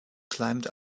climbed